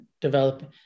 developing